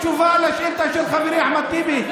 בתשובה על שאילתה של חברי אחמד טיבי,